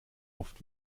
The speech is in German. oft